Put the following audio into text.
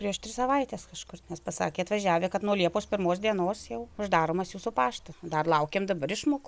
prieš tris savaites kažkur nes pasakė atvažiavę kad nuo liepos pirmos dienos jau uždaromas jūsų pašta dar laukiam dabar išmokų